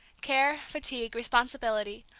care, fatigue, responsibility,